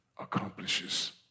accomplishes